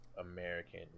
american